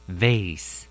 vase